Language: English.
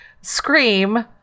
scream